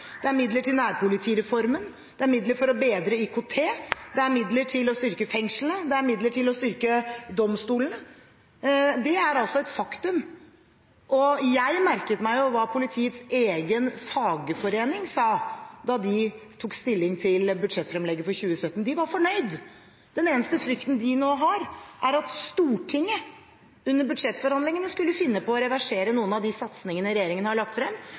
Det er midler til nærpolitireformen. Det er midler for å bedre IKT. Det er midler til å styrke fengslene. Det er midler til å styrke domstolene. Det er altså et faktum. Jeg merket meg hva politiets egen fagforening sa da de tok stilling til budsjettfremlegget for 2017. De var fornøyd. Den eneste frykten de nå har, er at Stortinget under budsjettforhandlingene skulle finne på å reversere noen av de satsingene regjeringen har lagt frem.